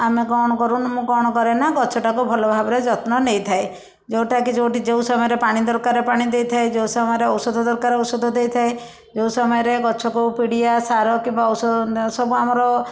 ଆମେ କ'ଣ କରୁ ମୁଁ କ'ଣ କରେ ନା ଗଛଟାକୁ ଭଲ ଭାବରେ ଯତ୍ନ ନେଇଥାଏ ଯେଉଁଟା କି ଯେଉଁଟି ଯେଉଁ ସମୟରେ ପାଣି ଦରକାର ପାଣି ଦେଇଥାଏ ଯେଉଁ ସମୟରେ ଔଷଧ ଦରକାର ଔଷଧ ଦେଇଥାଏ ଯେଉଁ ସମୟରେ ଗଛକୁ ପିଡ଼ିଆ ସାର କିମ୍ୱା ଔଷଧ ସବୁ ଆମର